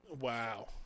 Wow